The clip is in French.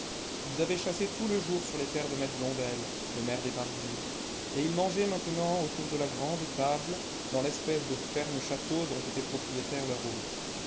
ils avaient chassé tout le jour sur les terres de maître blondel le maire d'eparville et ils mangeaient maintenant autour de la grande table dans l'espèce de ferme château dont était propriétaire leur hôte